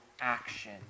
action